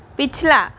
पिछला